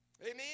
Amen